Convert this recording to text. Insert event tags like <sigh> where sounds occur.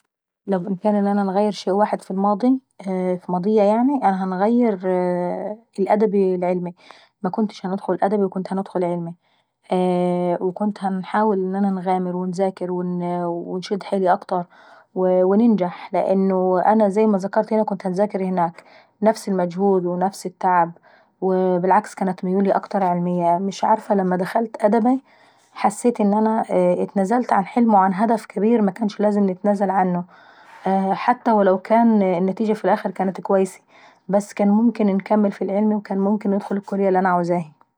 لو بإمكاني ان انا انغير شيء واحد في الماضي- في ماضيا يعناي- فهنغير الادبي لعلمي، مكنتش هندخل أدبي وكنت هندخل علماي. <hesitation> وكنت هنحاول ان انا نغامر ونذاكر ونشد حيلي أكتر، وننجح لاني زي ما ذاكرت هنا كنت هنذاكر هناك. نفس المجهود ونفس التعب وبالعكس كانت ميولي اكتر علمية ومش عارفة لما دخلت أدباي، حسيت ان انا اتنازلت عن حلم وهدف مكنش ممكن نتنازل عنه حتى لو كانت النتيجة في الاخر اكويسة بس كان ممكن نحقق حلم في الكلية انا عاوزاه.